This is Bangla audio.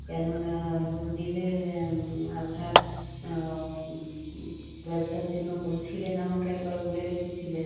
কেননা লোন নিলে আপনার ব্যবসার জন্য বলছিলেন আমাকে একবার বলে রেখেছিলেন